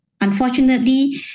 unfortunately